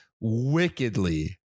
wickedly